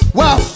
wow